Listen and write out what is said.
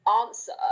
answer